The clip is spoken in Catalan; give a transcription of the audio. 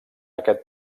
aquest